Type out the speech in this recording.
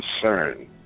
concern